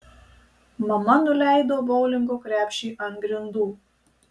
mama nuleido boulingo krepšį ant grindų